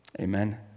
Amen